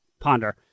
ponder